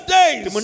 days